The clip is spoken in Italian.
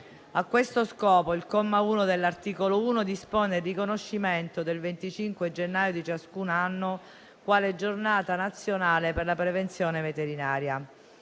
A questo scopo, il comma 1 dell'articolo 1 dispone il riconoscimento del 25 gennaio di ciascun anno quale Giornata nazionale per la prevenzione veterinaria.